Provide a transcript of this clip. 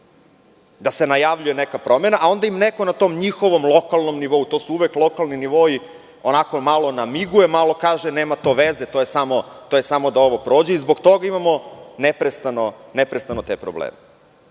da se najavljuje neka promena, a onda im neko na tom njihovom lokalnom nivou, to su uvek lokalni nivoi, onako malo namiguje, malo kaže – nema to veze. To je samo da ovo prođe i zbog toga imamo neprestano te probleme. Dakle,